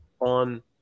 on